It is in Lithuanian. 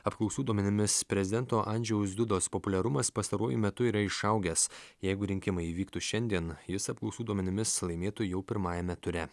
apklausų duomenimis prezidento andžejaus dudos populiarumas pastaruoju metu yra išaugęs jeigu rinkimai įvyktų šiandien jis apklausų duomenimis laimėtų jau pirmajame ture